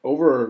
Over